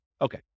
Okay